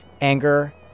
anger